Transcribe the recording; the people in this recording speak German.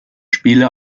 spiele